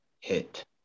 hit